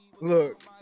Look